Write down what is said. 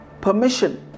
permission